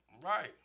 Right